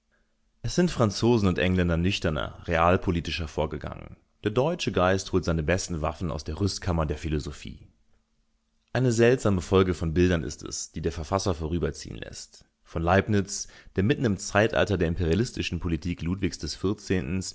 es sind franzosen und engländer nüchterner realpolitischer vorgegangen der deutsche geist holte seine besten waffen aus der rüstkammer der philosophie eine seltsame folge von bildern ist es die der verfasser vorüberziehen läßt von leibniz der mitten im zeitalter der imperialistischen politik ludwigs xiv